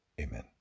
amen